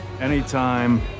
anytime